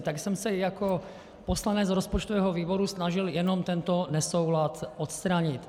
Tak jsem se jako poslanec rozpočtového výboru snažil jenom tento nesoulad odstranit.